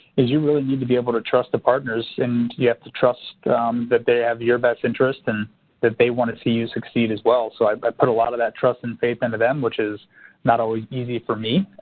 you really need to be able to trust the partners and you have to trust that they have your best interests and that they want to see you succeed as well. so i but put a lot of that trust and faith into them, which is not always easy for me.